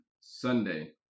Sunday